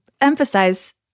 emphasize